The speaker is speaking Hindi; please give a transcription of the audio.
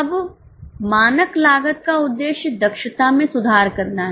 अब मानक लागत का उद्देश्य दक्षता में सुधार करना है